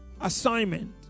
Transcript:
assignment